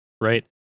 right